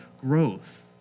growth